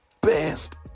best